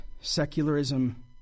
secularism